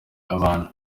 abantu